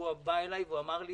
הוא בא אליי ואמר: